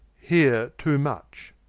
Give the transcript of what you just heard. heare too much